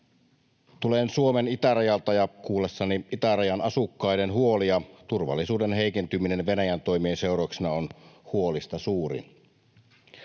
Tulen Suomen itärajalta ja kuullessani itärajan asukkaiden huolia turvallisuuden heikentyminen Venäjän toimien seurauksena on huolista suurin.